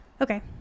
Okay